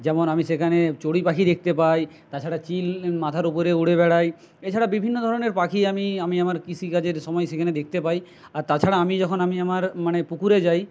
যেমন আমি সেখানে চড়ুই পাখি দেখতে পাই তাছাড়া চিল মাথার উপরে উড়ে বেড়ায় এছাড়া বিভিন্ন ধরনের পাখি আমি আমি আমার কৃষিকাজের সময় সেখানে দেখতে পাই আর তাছাড়া আমি যখন আমি আমার মানে পুকুরে যাই